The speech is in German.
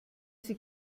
sie